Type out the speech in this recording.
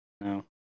No